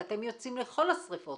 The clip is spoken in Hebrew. כי אתם יוצאים לכל השריפות,